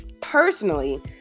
Personally